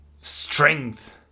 strength